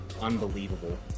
unbelievable